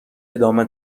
ادامه